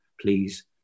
please